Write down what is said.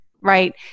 right